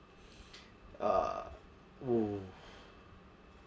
uh !woo!